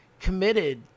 committed